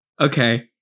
Okay